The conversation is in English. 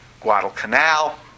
Guadalcanal